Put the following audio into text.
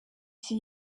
iki